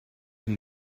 and